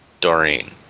Doreen